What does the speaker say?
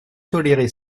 tolérer